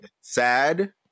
sad